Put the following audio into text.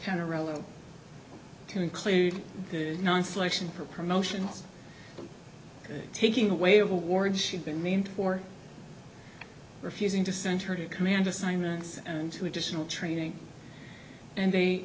kind of relevant to include the non selection for promotions taking away of awards she'd been mean for refusing to send her to command assignments and to additional training and they